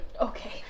Okay